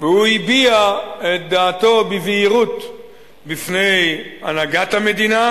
והוא הביע את דעתו בבהירות בפני הנהגת המדינה,